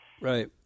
Right